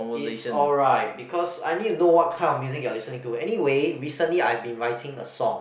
it's alright because I need to know what kind of music you are listening to anyway recently I've been writing a song